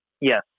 Yes